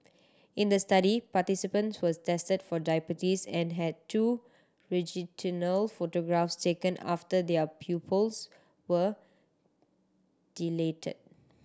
in the study participant was tested for diabetes and had two photographs taken after their pupils were dilated